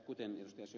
kuten ed